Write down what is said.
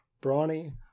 brawny